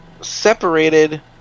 separated